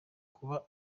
kuba